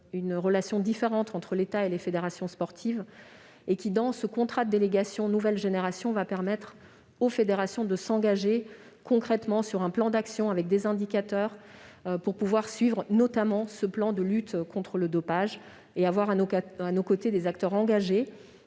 une relation différente entre l'État et les fédérations sportives. Le contrat de délégation « nouvelle génération » permettra aux fédérations de s'engager concrètement dans un plan d'action, avec des indicateurs, notamment pour suivre le plan de lutte contre le dopage : nous aurons à nos côtés des acteurs engagés.